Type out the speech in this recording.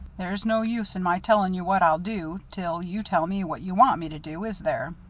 there's no use in my telling you what i'll do till you tell me what you want me to do, is there?